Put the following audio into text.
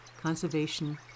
conservation